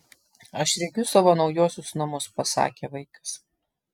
aš regiu savo naujuosius namus pasakė vaikas